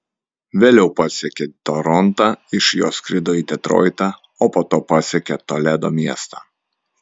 vėliau pasiekė torontą iš jo skrido į detroitą o po to pasiekė toledo miestą